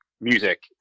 music